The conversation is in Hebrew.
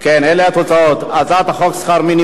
הצעת חוק שכר מינימום (תיקון,